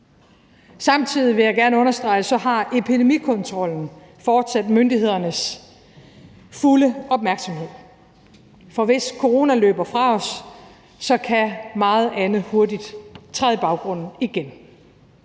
Samtidig – det vil jeg gerne understrege – har epidemikontrollen fortsat myndighedernes fulde opmærksomhed, for hvis coronaen løber fra os, kan meget andet hurtigt træde i baggrunden igen.